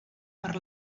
per